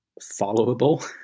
followable